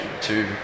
two